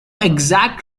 exact